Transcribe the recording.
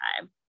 time